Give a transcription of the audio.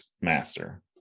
master